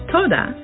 Toda